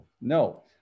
No